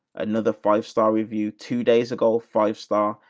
another five star review, two days ago, five star,